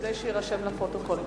כדי שיירשם בפרוטוקול.